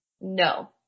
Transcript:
No